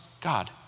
God